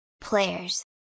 Players